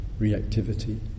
reactivity